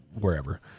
wherever